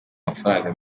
amafaranga